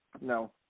no